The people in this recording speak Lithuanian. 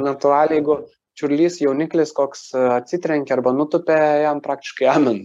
natūraliai jeigu čiurlys jauniklis koks atsitrenkia arba nutupia jam praktiškai amen